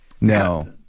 no